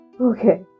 Okay